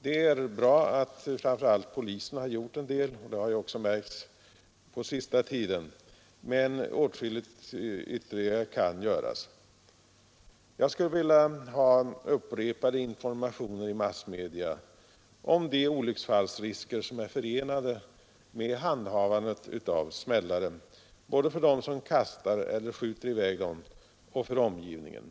Det är bra att framför allt polisen har gjort en del — det har också märkts på senaste tiden — men åtskilligt ytterligare kan göras. Jag skulle vilja ha upprepade informationer i massmedia om de olycksfallsrisker som är förenade med handhavandet av smällare, både för dem som kastar eller skjuter i väg dem och för omgivningen.